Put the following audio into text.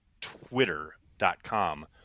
twitter.com